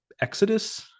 Exodus